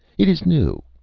it is new!